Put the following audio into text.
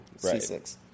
C6